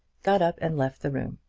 got up and left the room.